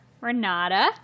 Renata